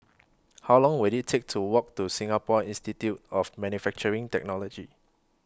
How Long Will IT Take to Walk to Singapore Institute of Manufacturing Technology